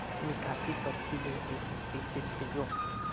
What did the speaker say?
निकासी परची ले पईसा कइसे भेजों?